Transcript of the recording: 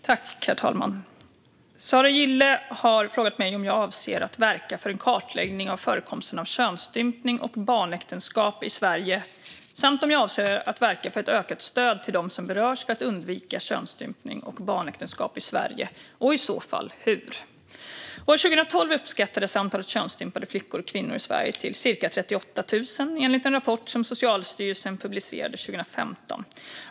Herr talman! Sara Gille har frågat mig om jag avser att verka för en kartläggning av förekomsten av könsstympning och barnäktenskap i Sverige samt om jag avser att verka för ökat stöd till dem som berörs för att undvika könsstympning och barnäktenskap i Sverige, och i så fall hur. År 2012 uppskattades antalet könsstympade flickor och kvinnor i Sverige uppgå till cirka 38 000, enligt en rapport som Socialstyrelsen publicerade 2015.